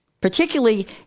particularly